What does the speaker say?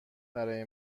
برای